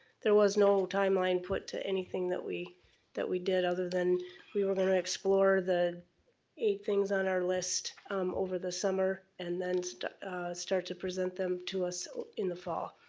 there was no timeline put to anything that we that we did other than we were gonna explore the eight things on our list over the summer and then start to present them to us in the fall.